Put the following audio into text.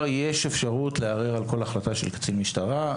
אפשרות לערער על כל החלטה של קצין משטרה.